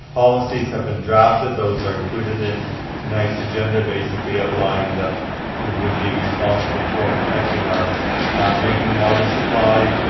policies have been drafted those are included in tonight's agenda. basically outlining that we would be responsible for protecting our drinking water supply.